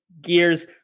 gears